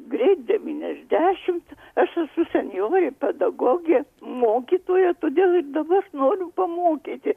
greit devyniasdešimt aš esu senjorė pedagogė mokytoja todėl ir dabar noriu pamokyti